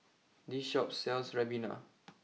this Shop sells Ribena